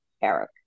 Eric